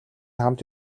хамт